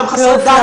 גם חסרי דת,